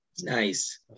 Nice